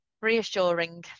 reassuring